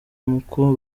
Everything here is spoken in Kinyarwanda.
muko